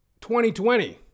2020